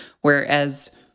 whereas